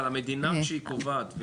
המדינה שהיא קובעת,